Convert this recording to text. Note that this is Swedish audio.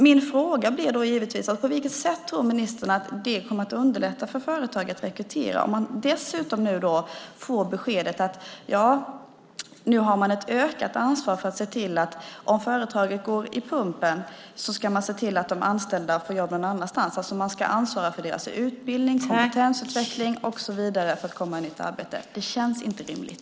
Min fråga blir då givetvis: På vilket sätt tror ministern att det kommer att underlätta för företagen att rekrytera om man nu dessutom får beskedet att man har ett ökat ansvar för att se till att om företaget går på pumpen ska man se till att de anställda får jobb någon annanstans. Man ska alltså ansvara för deras utbildning, kompetensutveckling och så vidare för att komma till nytt arbete. Det känns inte rimligt.